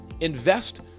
Invest